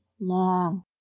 long